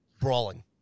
brawling